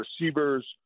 receivers